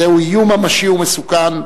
זהו איום ממשי ומסוכן,